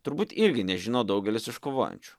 turbūt irgi nežino daugelis iš kovojančių